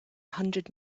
hundred